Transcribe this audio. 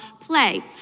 play